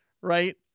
right